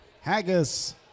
Haggis